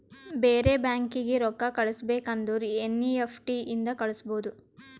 ಬೇರೆ ಬ್ಯಾಂಕೀಗಿ ರೊಕ್ಕಾ ಕಳಸ್ಬೇಕ್ ಅಂದುರ್ ಎನ್ ಈ ಎಫ್ ಟಿ ಇಂದ ಕಳುಸ್ಬೋದು